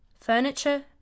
Furniture